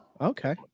Okay